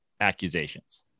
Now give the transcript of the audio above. accusations